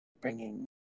bringing